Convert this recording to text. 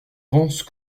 pense